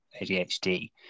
adhd